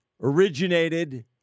originated